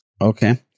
Okay